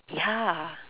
ya